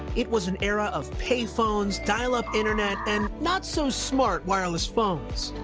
it was an era of payphones, dialup internet and not so smart wireless phones.